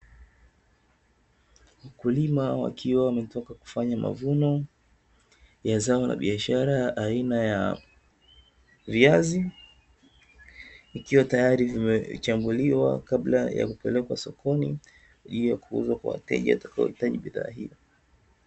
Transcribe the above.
Wakulima wakiwa wametoka kufanya mavuno ya zao la biashara aina ya viazi, ikiwa tayari vimechambuliwa kabla ya kupelekwa sokoni kwa ajili ya kuuzwa kwa wateja watakaohitaji bidhaa hii.